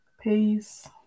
Peace